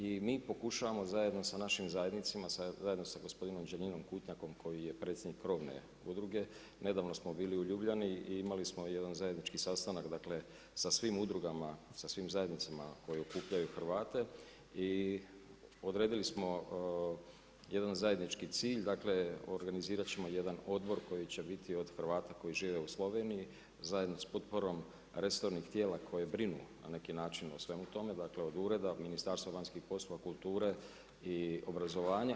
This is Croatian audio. I mi pokušavamo, zajedno sa našim zajednicama, zajedno sa gospodin … koji je predsjednik probne udruge, nedavno smo bili u Ljubljani i imali smo jedan zajednički sastanak sa svim udrugama, sa svim zajednicma, koji okupljaju Hrvate i odredili smo jedan zajednički cilj, dakle, organizirati ćemo jedan odbor koji će biti od Hrvata koji žive u Sloveniji, zajedno sa potporom resornih tijela koje brinu na neki način o svemu tome, dakle, od ureda, Ministarstvo vanjskih poslova, kulture i obrazovanje.